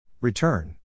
Return